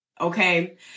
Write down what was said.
okay